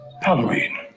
Halloween